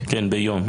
--- ביום.